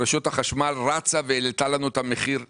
ורשות החשמל העלתה לנו את המחיר לשמיים.